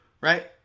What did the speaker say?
right